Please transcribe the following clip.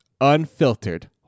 unfiltered